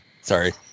Sorry